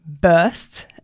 bursts